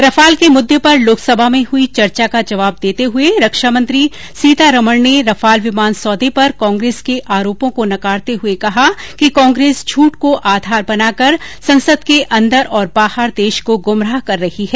Rafale के मुद्दे पर लोकसभा में हुई चर्चा का जवाब देते हुए रक्षा मंत्री सीतारामन ने रफाल विमान सौदे पर कांग्रेस के आरोपों को नकारते हुए कहा कि कांग्रेस झूठ को आधार बना कर संसद के अंदर और बाहर देश को गुमराह कर रही है